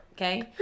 Okay